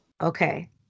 Okay